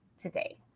today